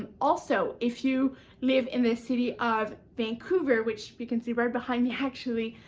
and also, if you live in this city of vancouver, which you can see right behind me actually,